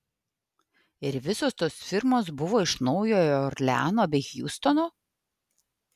ir visos tos firmos buvo iš naujojo orleano bei hjustono